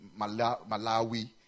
Malawi